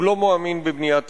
הוא לא מאמין בבנייה תקציבית,